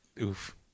oof